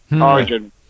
Origin